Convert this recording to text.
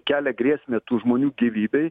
kelia grėsmę tų žmonių gyvybei